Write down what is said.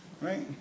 right